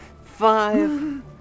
five